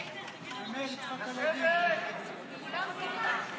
אנחנו עוברים להצבעה על סעיף מס' 2 כנוסח הוועדה.